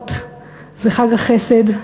השבועות זה חג החסד,